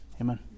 Amen